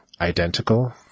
identical